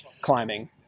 climbing